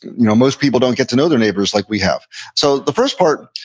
you know most people don't get to know their neighbors like we have so the first part,